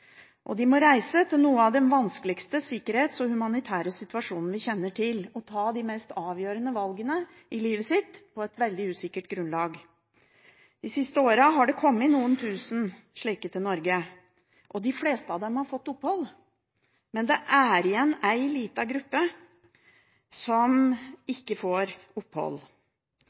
De må reise til noen av de vanskeligste situasjonene, sikkerhetsmessig og humanitært sett, vi kjenner til, og ta de mest avgjørende valgene i livet sitt på et veldig usikkert grunnlag. De siste åra har det kommet noen tusen slike til Norge. De fleste av dem har fått opphold, men det er igjen én liten gruppe som ikke får opphold.